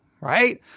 right